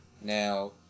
Now